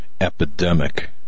epidemic